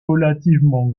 relativement